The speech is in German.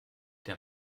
der